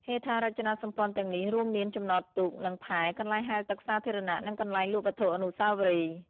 ហេដ្ឋារចនាសម្ព័ន្ធទាំងនេះរួមមាន ចំណតទូក និងផែ កន្លែងហែលទឹកសាធារណៈ និងកន្លែងលក់វត្ថុអនុស្សាវរីយ៍។